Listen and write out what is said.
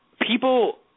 people